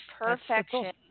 Perfection